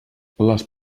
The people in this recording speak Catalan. les